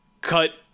cut